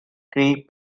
cree